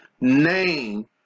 name